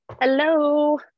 Hello